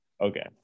Okay